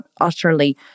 utterly